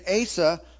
Asa